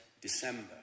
December